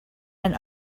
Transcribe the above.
and